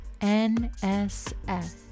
NSF